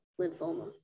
lymphoma